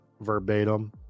verbatim